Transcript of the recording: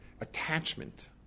attachment